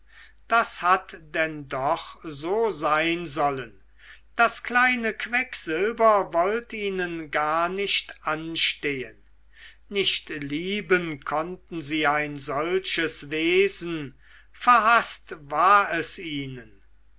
das hat denn doch so sein sollen das kleine quecksilber wollte ihnen gar nicht anstehen nicht lieben konnten sie ein solches wesen verhaßt war es ihnen